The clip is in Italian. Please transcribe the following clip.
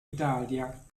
italia